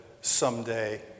someday